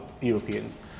Europeans